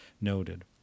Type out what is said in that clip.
noted